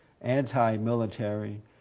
anti-military